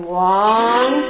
long